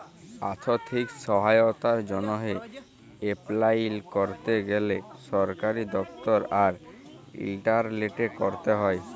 আথ্থিক সহায়তার জ্যনহে এপলাই ক্যরতে গ্যালে সরকারি দপ্তর আর ইলটারলেটে ক্যরতে হ্যয়